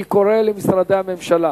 אני קורא למשרדי הממשלה